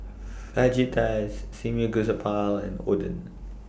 Fajitas and Oden